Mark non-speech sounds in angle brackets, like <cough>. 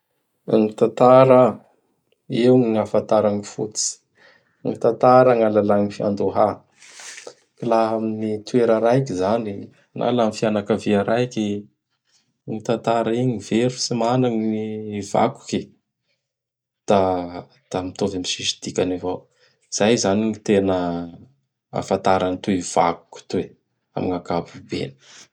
<noise> Gny tantara, <noise> io gny afatara gny fototsy. Gny tantara ñy alalà ñy fiandoha. <noise> K laha amin'gny toera raiky zany na laha amin'ñy fianakavia raiky, i tantara igny n very, tsy mana gny vakoky; da mitovy ami tsisy dikany avao. Izay izany gny tena ahafatara an'itoy vakoky itoy am gn' ankapobeny. <noise>